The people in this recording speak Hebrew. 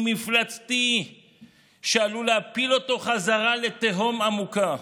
מפלצתי שעלול להפיל אותו חזרה לתהום עמוקה.